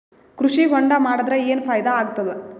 ಕೃಷಿ ಹೊಂಡಾ ಮಾಡದರ ಏನ್ ಫಾಯಿದಾ ಆಗತದ?